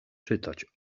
czytać